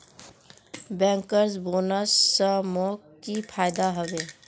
bankers bonus स मोक की फयदा हबे